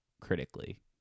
critically